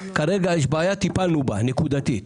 כרגע יש בעיה וטיפלנו בה נקודתית.